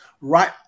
right